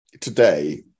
today